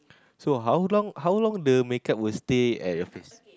so how long how long the makeup will stay at your face